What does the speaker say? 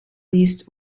least